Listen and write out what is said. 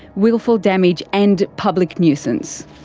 wilful damage and public nuisance.